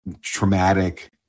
traumatic